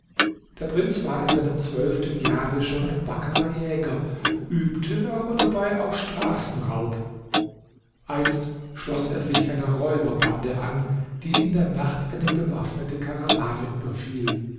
der prinz war in seinem zwölften jahre schon ein wackerer jäger übte aber dabei auch straßenraub einst schloß er sich einer räuberbande an die in der nacht eine bewaffnete karawane überfiel es